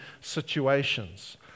situations